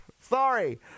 Sorry